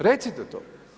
Recite to.